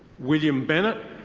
william bennett.